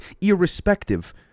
irrespective